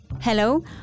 Hello